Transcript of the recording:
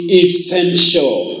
essential